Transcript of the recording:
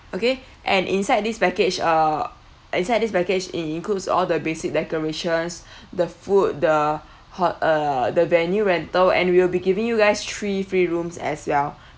okay and inside this package uh inside this package it includes all the basic decorations the food the hot~ uh the venue rental and we'll be giving you guys three free rooms as well